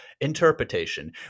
interpretation